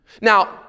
Now